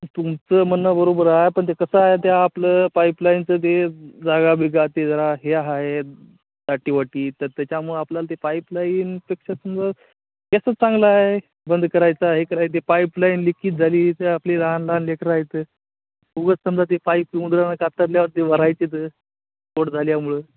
तुमचं म्हणणं बरोबर आहे पण ते कसं आहे ते आपलं पाईपलाईनचं ते जागा बिगा ते जरा हे आहे दाटी वाटी तर त्याच्यामुळं आपल्याला ते पाईपलाईनपेक्षा समजा ह्याचंच चांगलं आहे बंद करायचा हे करायला ते पाईपलाईन लिकेज झाली तर आपली लहान लहान लेकरं राहाते उगाच समजा ते पाईप उंदरानं कातरल्यावर ते मरायचं तर स्फोट झाल्यामुळं